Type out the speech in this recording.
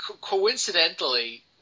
coincidentally